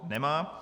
Nemá.